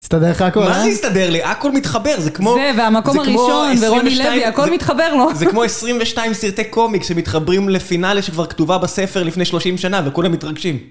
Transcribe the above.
הסתדר לך הכל, אה? מה זה הסתדר לי, הכל מתחבר! זה כמו 22 סרטי קומיקס שמתחברים לפינאלה שכבר כתובה בספר לפני 30 שנה וכולם מתרגשים